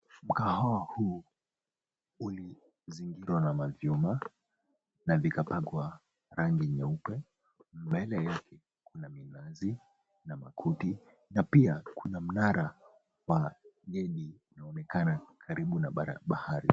Mkahawa huu ulizingirwa na mavyuma na vikapakwa rangi nyeupe na mbele yake kuna minazi na makuti na pia kuna mnara wa gedi unaoonekana karibu na bahari.